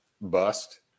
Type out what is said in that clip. bust